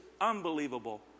unbelievable